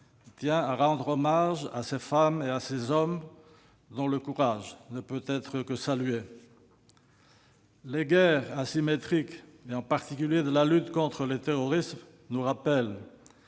tient à rendre hommage à ces femmes et à ces hommes dont le courage ne peut être que salué. Les guerres asymétriques, en particulier la lutte contre le terrorisme, nous rappellent